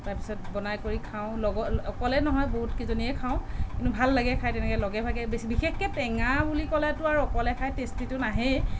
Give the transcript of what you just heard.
তাৰ পিছত বনাই কৰি খাওঁ লগত অকলে নহয় বহুত কেইজনীয়েই খাওঁ কিন্তু ভাল লাগে খাই তেনেকে লগে ভাগে বেছি বিশেষকে টেঙা বুলি ক'লেটো আৰু অকলে খাই টেষ্টিটো নাহেই